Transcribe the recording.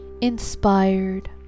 inspired